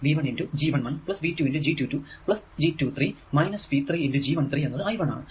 V 1 G 1 1 plus V 2 G 2 2 plus G 2 3 minus V 3 G 1 3 എന്നത് I1 ആണ്